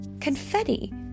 Confetti